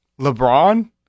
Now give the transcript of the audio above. LeBron